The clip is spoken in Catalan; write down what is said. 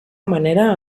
manera